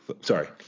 Sorry